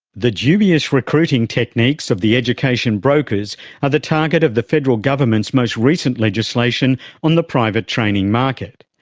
the dubious recruiting techniques of the education brokers are the target of the federal government's most recent legislation on the private training market.